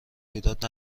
ایراد